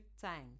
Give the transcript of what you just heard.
time